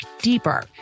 deeper